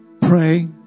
pray